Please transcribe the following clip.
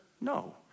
no